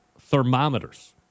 thermometers